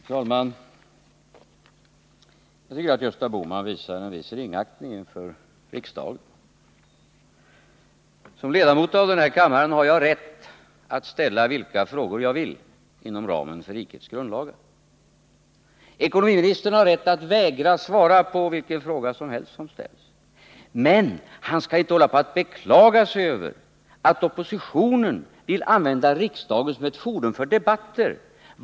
Herr talman! Jag tycker att Gösta Bohman visar en viss ringaktning inför riksdagen. Som ledamot av den här kammaren har jag rätt att ställa vilka frågor jag vill inom ramen för rikets grundlagar. Ekonomiministern har rätt att vägra svara på vilken fråga som helst som ställs. Men han skall inte beklaga sig över att oppositionen vill använda riksdagen som ett forum för debatter.